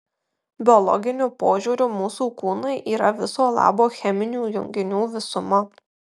biologiniu požiūriu mūsų kūnai yra viso labo cheminių junginių visuma